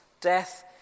death